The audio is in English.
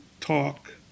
talk